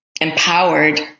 empowered